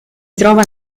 trova